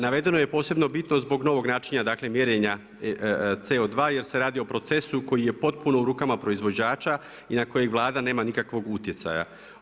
Navedeno je posebno bitno zbog novog načina mjerenja CO2 jer se radi o procesu koji je potpuno u rukama proizvođača i na koji Vlada nema nikakvog utjecaja.